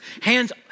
hands